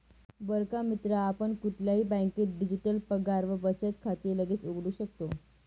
बर का मित्रा आपण कुठल्याही बँकेत डिजिटल पगार व बचत खाते लगेच उघडू शकतो